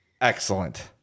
excellent